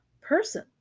person